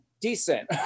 decent